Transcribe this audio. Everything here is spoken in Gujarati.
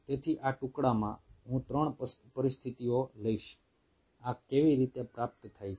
તેથી આ ટુકડામાં હું 3 પરિસ્થિતિઓ લઈશ આ કેવી રીતે પ્રાપ્ત થાય છે